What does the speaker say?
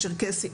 הצ'רקסי.